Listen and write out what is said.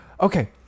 Okay